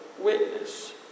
witness